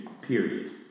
period